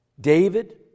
David